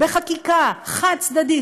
בחקיקה חד-צדדית,